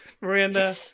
Miranda